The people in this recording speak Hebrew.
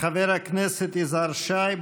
חבר הכנסת יזהר שי,